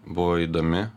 buvo įdomi